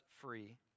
free